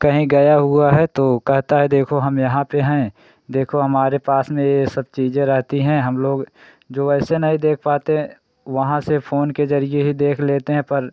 कहीं गया हुआ है तो कहता है देखो हम यहाँ पर हैं देखो हमारे पास में ये सब चीज़ें रहती हैं हम लोग जो ऐसे नहीं देख पाते वहाँ से फ़ोन के ज़रिए ही देख लेते हैं पर